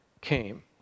came